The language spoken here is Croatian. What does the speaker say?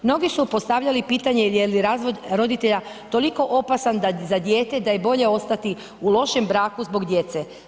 Mnogi su postavljali pitanje je li razvod roditelja toliko opasan za dijete da je bolje ostati u lošem braku zbog djece.